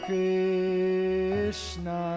Krishna